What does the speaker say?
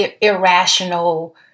irrational